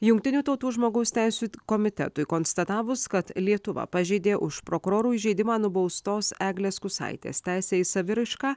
jungtinių tautų žmogaus teisių komitetui konstatavus kad lietuva pažeidė už prokurorų įžeidimą nubaustos eglės kusaitės teisę į saviraišką